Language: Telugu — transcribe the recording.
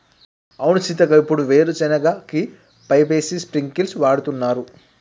అవును సీతక్క ఇప్పుడు వీరు సెనగ కి పైపేసి స్ప్రింకిల్స్ వాడుతున్నారు